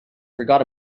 forgot